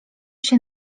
się